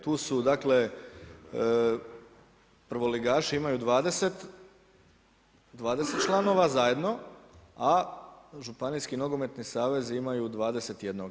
Tu su dakle, prvoligaši imaju 20 članova zajedno, a županijski nogometni savez imaju 21.